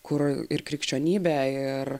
kur ir krikščionybė ir